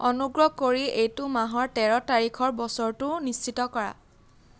অনুগ্ৰহ কৰি এইটো মাহৰ তেৰ তাৰিখৰ বছৰটো নিশ্চিত কৰা